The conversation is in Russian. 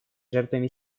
жертвами